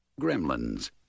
gremlins